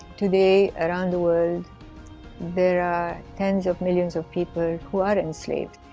today around the world there are tens of millions of people who are enslaved.